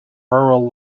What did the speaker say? rural